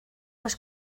les